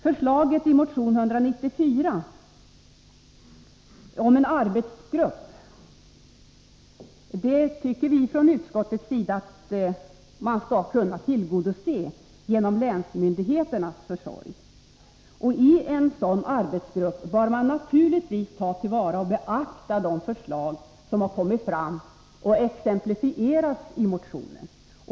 Förslaget i motion 194 om en arbetsgrupp tycker vi från utskottets sida borde kunna tillgodoses genom länsmyndigheternas försorg. I en sådan arbetsgrupp bör man naturligtvis ta till vara och beakta de förslag som har exemplifierats i motionen.